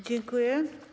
Dziękuję.